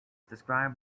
described